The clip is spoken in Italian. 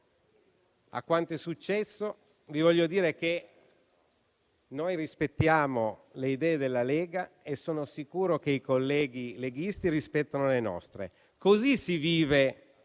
a quanto è successo, vi voglio dire che noi rispettiamo le idee della Lega e sono sicuro che i colleghi leghisti rispettino le nostre. Così si vive